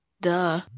Duh